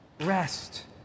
rest